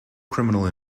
criminal